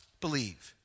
believe